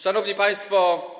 Szanowni Państwo!